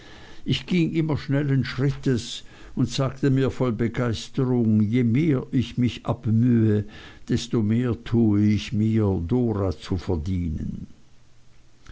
ich ging immer schnellen schrittes und sagte mir voll begeisterung je mehr ich mich abmühe desto mehr tue ich mir dora zu verdienen